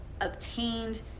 obtained